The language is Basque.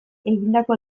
egindako